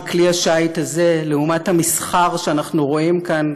של כלי השיט הזה מהמסחר שאנחנו רואים כאן